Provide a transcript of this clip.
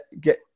get